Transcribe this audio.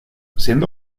siendo